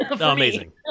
Amazing